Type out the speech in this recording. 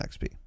XP